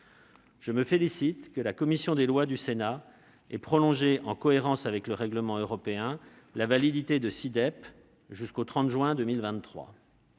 Je me félicite que la commission des lois du Sénat ait prolongé, en cohérence avec le règlement européen, la validité de SI-DEP jusqu'au 30 juin 2023.